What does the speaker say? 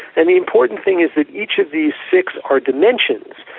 and the important thing is that each of these six are dimensions,